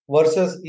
Versus